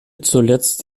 zuletzt